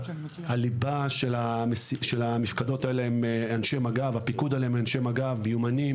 הליבה והפיקוד עליהן הם של אנשי מג"ב מיומנים,